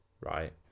right